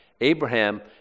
Abraham